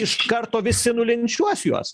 iš karto visi nulinčiuos juos